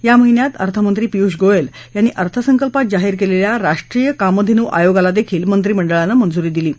या महिन्यात अर्थमंत्री पियुष गोयल यांनी अर्थसंकल्पात जाहीर केलेल्या राष्ट्रीय कामधेन् आयोगालाही मंत्रिमंडळानं मंजुरी दिली आहे